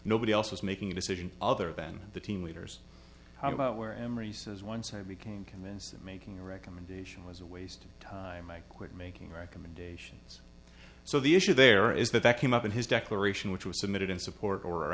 nobody else was making a decision other than the team leaders how about where emery says once i became convinced that making a recommendation was a waste of time i quit making recommendations so the issue there is that that came up in his declaration which was submitted in support or